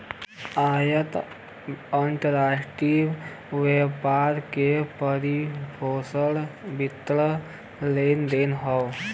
आयात अंतरराष्ट्रीय व्यापार के परिभाषित वित्तीय लेनदेन हौ